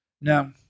Now